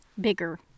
Bigger